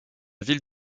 ville